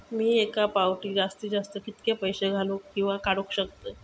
मी एका फाउटी जास्तीत जास्त कितके पैसे घालूक किवा काडूक शकतय?